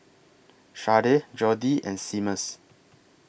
Sharday Jodi and Seamus